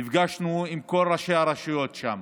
נפגשנו עם כל ראשי הרשויות שם,